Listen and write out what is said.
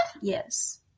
Yes